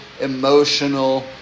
emotional